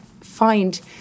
find